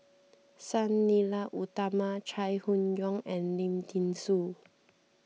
Sang Nila Utama Chai Hon Yoong and Lim thean Soo